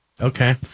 Okay